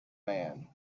man